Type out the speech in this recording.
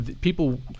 people